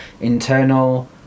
Internal